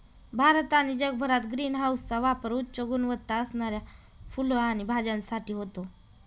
भारत आणि जगभरात ग्रीन हाऊसचा पापर उच्च गुणवत्ता असणाऱ्या फुलं आणि भाज्यांसाठी होतो